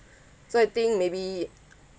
so I think maybe